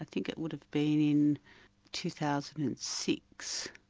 think it would have been in two thousand and six,